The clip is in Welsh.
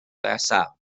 nesaf